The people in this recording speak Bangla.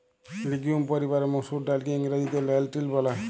লিগিউম পরিবারের মসুর ডাইলকে ইংরেজিতে লেলটিল ব্যলে